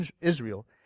Israel